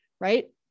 right